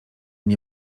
nie